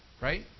right